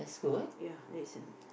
ya license